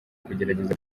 kugerageza